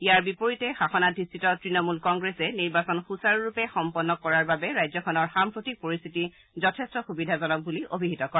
ইয়াৰ বিপৰীতে শাসনাধিষ্ঠিত তৃণমূল কংগ্ৰেছে নিৰ্বাচন সূচাৰুৰূপে সম্পন্ন কৰাৰ বাবে ৰাজ্যখনৰ সাম্প্ৰতিক পৰিস্থিতি যথেষ্ট সুবিধাজনক বুলি অভিহিত কৰে